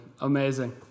amazing